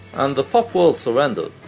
and the pop world surrendered,